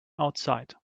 outside